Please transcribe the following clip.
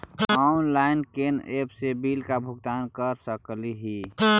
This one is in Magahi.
ऑनलाइन कोन एप से बिल के भुगतान कर सकली ही?